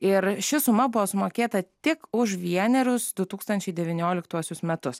ir ši suma buvo sumokėta tik už vienerius du tūkstančiai devynioliktuosius metus